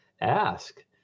ask